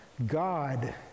God